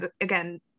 again